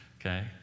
okay